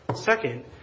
Second